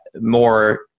more